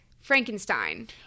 frankenstein